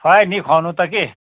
खुवायो नि खुवाउनु त कि